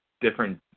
different